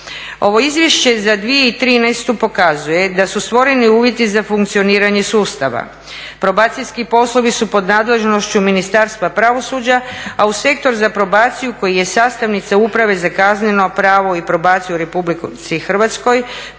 Ovo Izvješće za 2013. pokazuje da su stvoreni uvjeti za funkcioniranje sustava, probacijski poslovi su pod nadležnošću Ministarstva pravosuđa, a u sektor za probaciju koji je sastavnica Uprave za kazneno pravo i probaciju u RH postoji